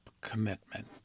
commitment